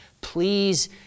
Please